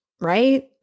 Right